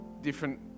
different